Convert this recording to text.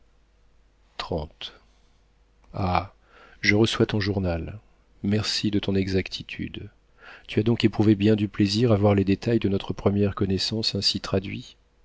ah je reçois ton journal merci de ton exactitude tu as donc éprouvé bien du plaisir à voir les détails de notre première connaissance ainsi traduits